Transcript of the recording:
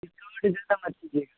discount کی چنتا مت کیجیے گا